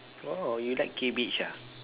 oh you like cabbage ah